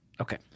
Okay